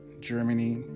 Germany